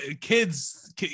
kids